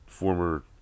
former